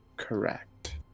Correct